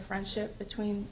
friendship between